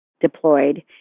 deployed